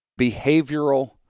behavioral